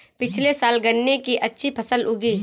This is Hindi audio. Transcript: पिछले साल गन्ने की अच्छी फसल उगी